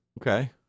Okay